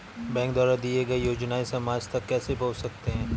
Bank द्वारा दिए गए योजनाएँ समाज तक कैसे पहुँच सकते हैं?